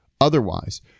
otherwise